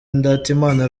ndatimana